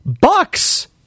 Bucks